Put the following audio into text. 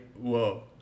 Whoa